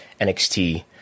NXT